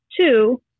Two